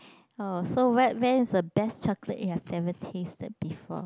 oh so where where is the best chocolate you have ever tasted before